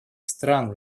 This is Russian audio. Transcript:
стран